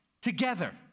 together